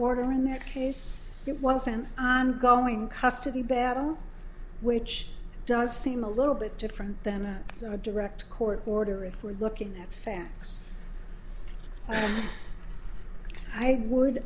order in that case it was an ongoing custody battle which does seem a little bit different than a direct court order if we're looking at fans i would